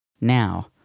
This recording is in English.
now